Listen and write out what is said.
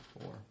Four